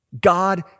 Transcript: God